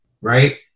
right